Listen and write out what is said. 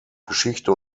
geschichte